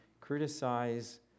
criticize